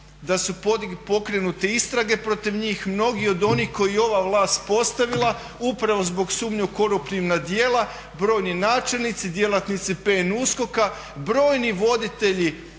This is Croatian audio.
da su pokrenute istrage protiv njih. Mnogi od oni koje je ova vlast postavila upravo zbog sumnje u koruptivna djela, brojni načelnici, djelatnici PNUSKOK-a, brojni voditelji